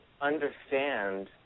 understand